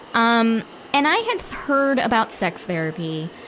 um and i had heard about sex therapy.